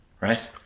right